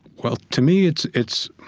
well, to me, it's it's